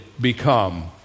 become